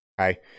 Okay